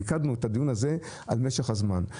מיקדנו את הדיון הזה על משך הזמן של ההמתנה.